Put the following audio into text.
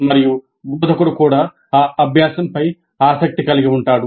మరియు బోధకుడు కూడా ఆ అభ్యాసంపై ఆసక్తి కలిగి ఉంటాడు